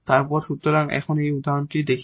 তারপর সুতরাং আমরা এখন কিছু উদাহরণ দেখি